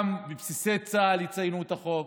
גם בבסיסי צה"ל יציינו את החוק,